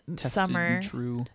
summer